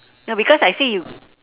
no because I say you